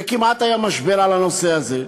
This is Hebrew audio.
וכמעט היה משבר על הנושא הזה.